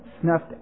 snuffed